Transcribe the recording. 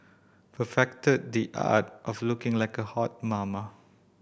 perfected the art of looking like a hot mama